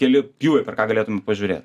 keli pjūviai per ką galėtum pažiūrėt